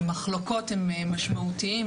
והמחלוקות הם משמעותיים,